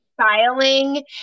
styling